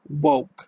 woke